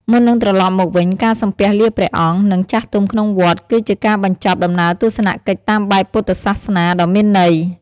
មុននឹងត្រលប់មកវិញ ការសំពះលាព្រះអង្គ និងចាស់ទុំក្នុងវត្ត គឺជាការបញ្ចប់ដំណើរទស្សនកិច្ចតាមបែបពុទ្ធសាសនាដ៏មានន័យ។